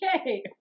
okay